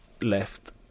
left